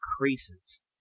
increases